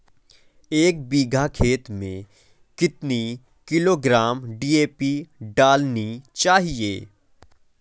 एक बीघा खेत में कितनी किलोग्राम डी.ए.पी डालनी चाहिए?